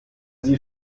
sie